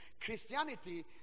Christianity